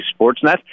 Sportsnet